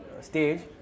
stage